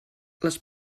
les